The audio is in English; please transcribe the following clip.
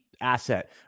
Asset